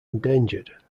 endangered